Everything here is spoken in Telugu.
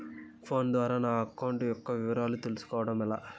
ఫోను ద్వారా నా అకౌంట్ యొక్క వివరాలు తెలుస్కోవడం ఎలా?